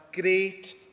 great